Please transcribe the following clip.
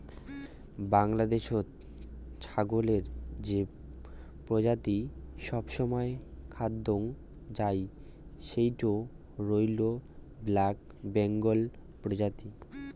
বাংলাদ্যাশত ছাগলের যে প্রজাতিটি সবসময় দ্যাখাং যাই সেইটো হইল ব্ল্যাক বেঙ্গল প্রজাতি